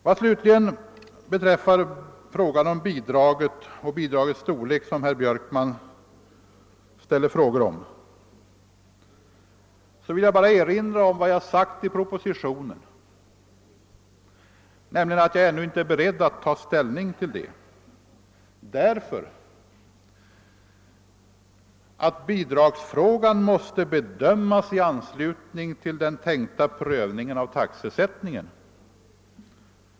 Vad sedan frågan om bidraget och dess storlek beträffar, som herr Björkman förde på tal, vill jag erinra om vad som står i propositionen, nämligen att jag ännu inte är beredd att ta ställning i det fallet, därför att bidragsfrågan måste bedömas i anslutning till den tänkta prövningen av taxesättningen.